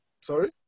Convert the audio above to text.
Sorry